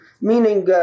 meaning